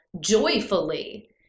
joyfully